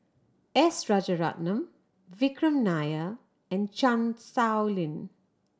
S Rajaratnam Vikram Nair and Chan Sow Lin